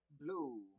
Blue